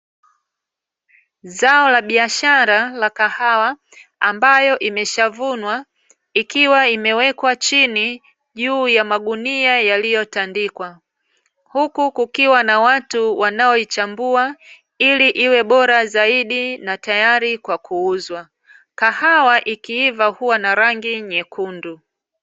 Zao la biashara la kahawa ambayo imeshavunwa ikiwa imewekwa chini, juu ya magunia yaliyotandikwa. Huku kukiwa na watu wanaoichambua ili iwe bora zaidi na tayari kwa kuuzwa. Kahawa ikiiva huwa na rangi nyekundu.